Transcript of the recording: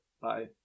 Bye